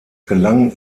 gelang